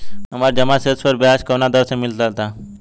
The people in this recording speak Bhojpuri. हमार जमा शेष पर ब्याज कवना दर से मिल ता?